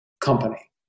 company